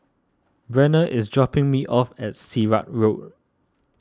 Brenna is dropping me off at Sirat Road